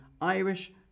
Irish